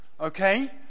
Okay